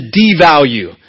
devalue